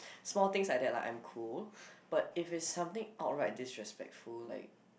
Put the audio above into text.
small things like that I'm cool but if it's something outright disrespectful like